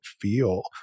feel